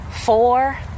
four